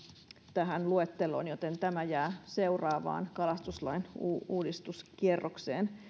tähän luetteloon joten tämä jää seuraavalle kalastuslain uudistuskierrokselle